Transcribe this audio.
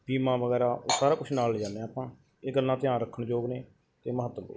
ਬੀਮਾ ਵਗੈਰਾ ਉਹ ਸਾਰਾ ਕੁਛ ਨਾਲ ਲੈ ਜਾਂਦੇ ਹਾਂ ਆਪਾਂ ਇਹ ਗੱਲਾਂ ਧਿਆਨ ਰੱਖਣ ਯੋਗ ਨੇ ਅਤੇ ਮਹੱਤਵਪੂਰਨ ਨੇ